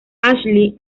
ashley